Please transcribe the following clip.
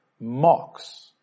mocks